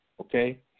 Okay